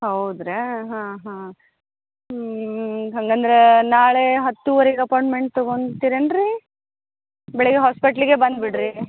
ಹೌದ್ ರ್ಯಾ ಹಾಂ ಹಾಂ ಹ್ಞೂ ಹಂಗಂದ್ರೆ ನಾಳೆ ಹತ್ತುವರಿಗೆ ಆಪಾಯಿಂಟ್ಮೆಂಟ್ ತಗೋಂತಿರಾ ಏನು ರೀ ಬೆಳಿಗ್ಗೆ ಹಾಸ್ಪೆಟ್ಲಿಗೆ ಬಂದು ಬಿಡಿರಿ